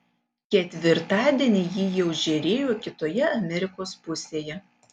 ketvirtadienį ji jau žėrėjo kitoje amerikos pusėje